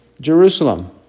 Jerusalem